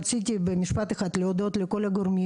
רציתי להודות במשפט אחד לכל הגורמים